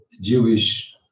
Jewish